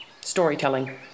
storytelling